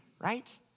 right